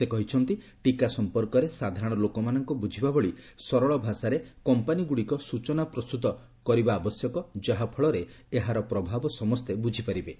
ସେ କହିଛନ୍ତି ଟିକା ସମ୍ପର୍କରେ ସାଧାରଣ ଲୋକମାନଙ୍କ ବୁଝିବା ଭଳି ସରଳ ଭାଷାରେ କମ୍ପାନୀଗୁଡ଼ିକ ସ୍ୱଚନା ପ୍ରସ୍ତୁତ କରନ୍ତି ଯାହାଫଳରେ ଏହାର ପ୍ରଭାବ ସମସ୍ତେ ବିଝି ପାରିବେ